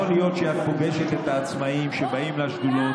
יכול להיות שאת פוגשת את העצמאים שבאים לשדולות,